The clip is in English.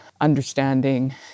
understanding